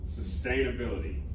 sustainability